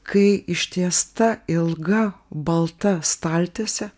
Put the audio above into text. kai ištiesta ilga balta staltiesė